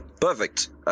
Perfect